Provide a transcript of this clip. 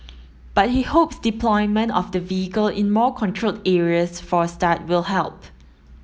but he hopes deployment of the vehicle in more controlled areas for a start will help